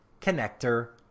connector